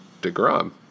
Degrom